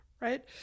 right